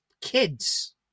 kids